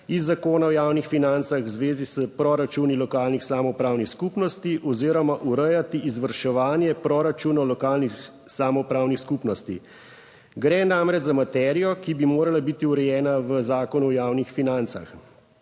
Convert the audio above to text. iz Zakona o javnih financah v zvezi s proračuni lokalnih samoupravnih skupnosti oziroma urejati izvrševanje proračunov lokalnih samoupravnih skupnosti, gre namreč za materijo, ki bi morala biti urejena v Zakonu o javnih financah.